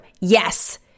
Yes